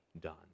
done